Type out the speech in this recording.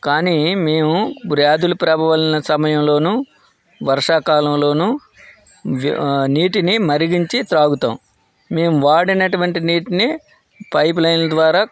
కానీ మేము వ్యాధులు ప్రబలిన సమయంలోనూ వర్షాకాలంలోనూ నీటిని మరిగించి తాగుతాము మేము వాడినటువంటి నీటిని పైప్లైన్ల ద్వారా